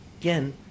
again